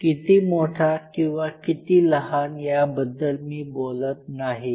किती मोठा किंवा किती लहान याबद्दल मी बोलत नाही आहे